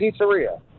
Pizzeria